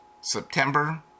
September